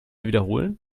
wiederholen